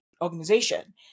organization